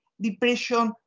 depression